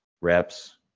reps